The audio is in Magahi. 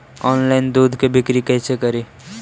ऑनलाइन दुध के बिक्री कैसे करि?